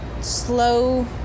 slow